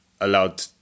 allowed